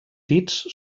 dits